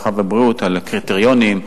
הרווחה והבריאות על הקריטריונים,